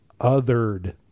othered